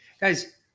Guys